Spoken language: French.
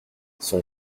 son